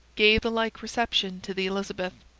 gave the like reception to the elizabeth.